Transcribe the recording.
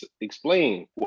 Explain